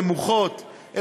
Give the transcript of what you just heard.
נמוכות,